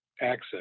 access